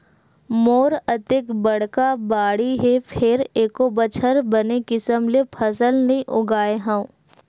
मोर अतेक बड़का बाड़ी हे फेर एको बछर बने किसम ले फसल नइ उगाय हँव